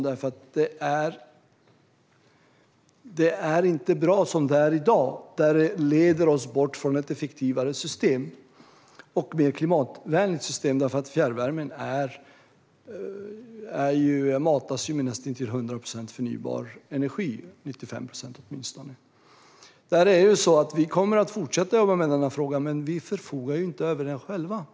Det är inte bra som det är i dag, då det leder oss bort från ett effektivare och mer klimatvänligt system. Fjärrvärmen matas ju med näst intill 100 procent, åtminstone 95 procent, förnybar energi. Vi kommer att fortsätta att jobba med frågan, men vi förfogar inte över den själva.